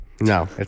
No